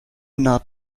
naht